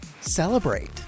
Celebrate